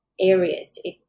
areas